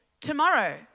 tomorrow